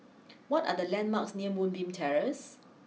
what are the landmarks near Moonbeam Terrace